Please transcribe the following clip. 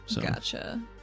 Gotcha